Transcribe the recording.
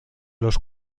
los